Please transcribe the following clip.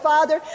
Father